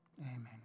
Amen